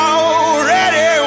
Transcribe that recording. already